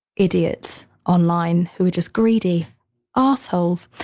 idiots online who are just greedy assholes.